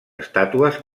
estàtues